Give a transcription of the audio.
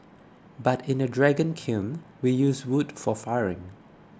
but in a dragon kiln we use wood for firing